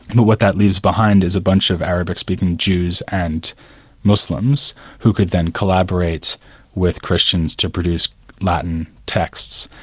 but what that leaves behind is a bunch of arabic-speaking jews and muslims who could then collaborate with christians to produce latin texts,